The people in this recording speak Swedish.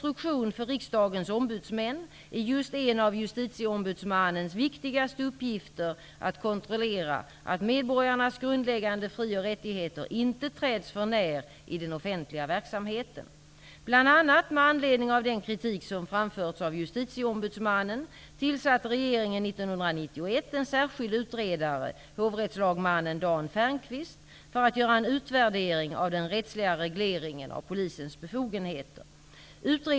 Riksdagens ombudsmän är just en av Justitieombudsmannens viktigaste uppgifter att kontrollera att medborgarnas grundläggande frioch rättigheter inte träds för när i den offentliga verksamheten. Bl.a. med anledning av den kritik som framförts av Justitieombudsmannen tillsatte regeringen 1991 en särskild utredare, hovrättslagmannen Dan Fernqvist, för att göra en utvärdering av den rättsliga regleringen av polisens befogenheter.